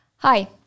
Hi